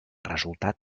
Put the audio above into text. resultat